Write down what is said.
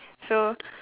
so